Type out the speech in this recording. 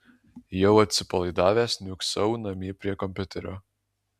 jau atsipalaidavęs niūksau namie prie kompiuterio